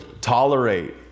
tolerate